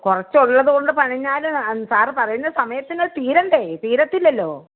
കുറച്ച് ഉള്ളതുകൊണ്ട് പണിഞ്ഞാൽ സാർ പറയുന്ന സമയത്തിനത് തീരണ്ടേ തീരില്ലല്ലോ